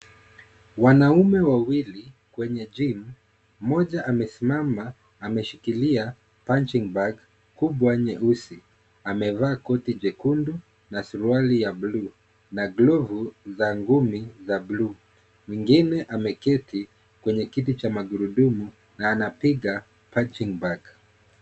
Wanaume wawili kwenye gym mmoja amesimama ameshikilia punching bag kubwa nyeus,i amevaa koti jekundu na suruali ya bluu na glavu za ngumi za bluu mwingine ameketi kwenye kiti cha magurudumu na anapiga punching bag .